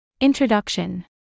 Introduction